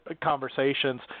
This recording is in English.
conversations